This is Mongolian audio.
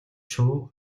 шувуу